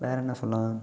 வேறு என்ன சொல்லலாம்